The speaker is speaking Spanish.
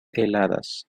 heladas